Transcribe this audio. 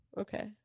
okay